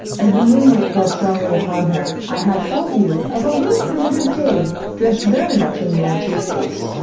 as the moonlight fell strongly upon her, i had full view of a little primitive dame, dressed very much in the antique taste,